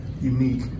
unique